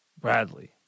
Bradley